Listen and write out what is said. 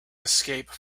escape